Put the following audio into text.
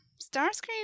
Starscream